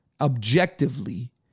objectively